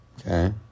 Okay